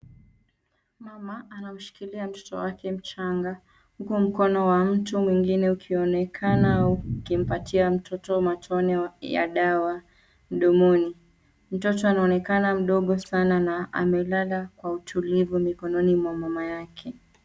Mama anamshikilia mtoto wake mchanga huku mkono wa mtu mwingine ukionekana ukimpatia mtito matone ya dawa mdomoni. Mtoto anaonekana mdogo sana na amelala kwa utulivu mikononi mwa mama yake.